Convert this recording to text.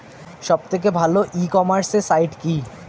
সব থেকে ভালো ই কমার্সে সাইট কী?